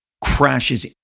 crashes